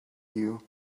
you